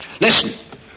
Listen